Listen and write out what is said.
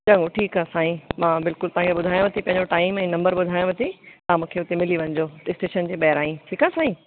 चङो ठीकु आहे साईं मां बिल्कुलु पंहिंजो ॿुधायांव थी पंहिंजो टाइम ऐं नम्बर ॿुधायांव थी तव्हां मूंखे हुते मिली वञिजो स्टेशन जे ॿाहिरां ई ठीकु आहे साईं